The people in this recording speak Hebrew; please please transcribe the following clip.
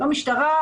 לא משטרה,